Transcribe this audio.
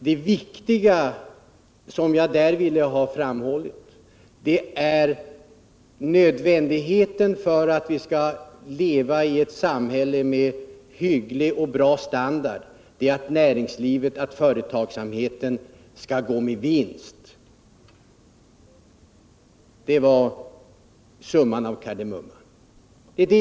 Det viktiga som jag där ville ha framhållet är att det — för att vi skall leva i ett samhälle med hygglig och bra standard — är nödvändigt att näringslivet och företagsamheten går med vinst. Det var summan av kardemumman.